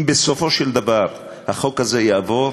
אם בסופו של דבר החוק הזה יעבור,